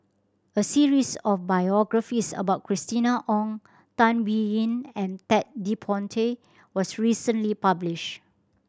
a series of biographies about Christina Ong Tan Biyun and Ted De Ponti was recently published